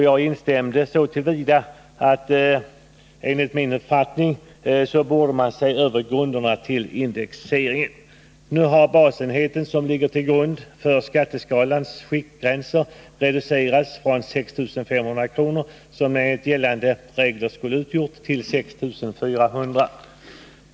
Jag instämde så till vida att man enligt min uppfattning borde se över grunderna för indexeringen. Nu har basenheten, som ligger till grund för skatteskalans skiktgränser, reducerats från 6 500 kr., som det enligt gällande regler skulle ha utgjort, till 6 400 kr.